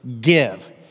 give